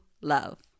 love